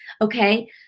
okay